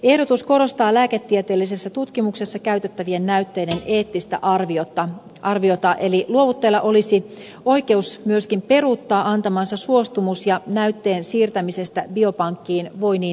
ehdotus korostaa lääketieteellisessä tutkimuksessa käytettävien näytteiden eettistä arviota eli luovuttajalla olisi oikeus myöskin peruuttaa antamansa suostumus ja näytteen siirtämisestä biopankkiin voi niin ikään kieltäytyä